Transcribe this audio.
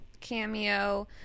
cameo